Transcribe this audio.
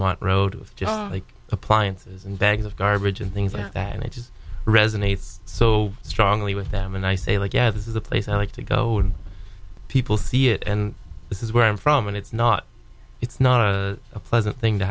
want road with just like appliances and bags of garbage and things like that and i just resonates so strongly with them and i say like yeah this is a place i like to go and people see it and this is where i'm from and it's not it's not a pleasant thing to